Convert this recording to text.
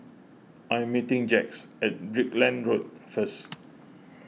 I am meeting Jax at Brickland Road first